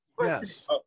yes